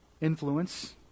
influence